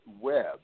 web